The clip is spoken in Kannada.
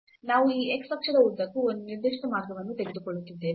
ನಾವು ಈ x ಅಕ್ಷದ ಉದ್ದಕ್ಕೂ ಒಂದು ನಿರ್ದಿಷ್ಟ ಮಾರ್ಗವನ್ನು ತೆಗೆದುಕೊಳ್ಳುತ್ತಿದ್ದೇವೆ